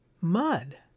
mud